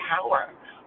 power